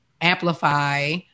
amplify